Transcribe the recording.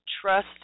trust